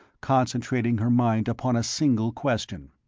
concentrating her mind upon a single question.